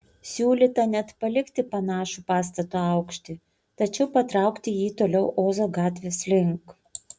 siūlyta net palikti panašų pastato aukštį tačiau patraukti jį toliau ozo gatvės link